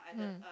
mm